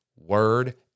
Word